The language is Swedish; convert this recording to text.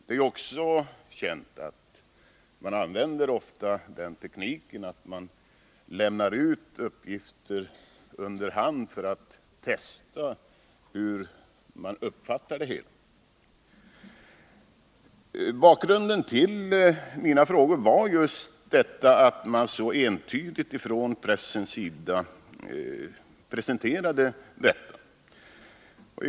Det är ju också känt att man ofta använder den tekniken att man lämnar ut uppgifter under hand för att testa hur det hela uppfattas. Bakgrunden till mina frågor var just detta, att man så entydigt från pressens sida presenterat saken.